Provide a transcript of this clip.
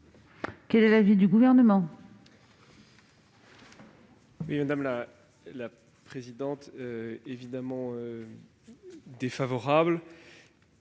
Quel est l'avis du Gouvernement ?